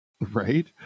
Right